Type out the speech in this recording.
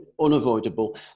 unavoidable